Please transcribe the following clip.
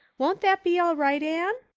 won't that be all right, anne?